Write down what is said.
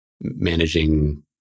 managing